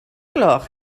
gloch